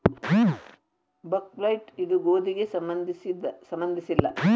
buckwheat ಇದು ಗೋಧಿಗೆ ಸಂಬಂಧಿಸಿಲ್ಲ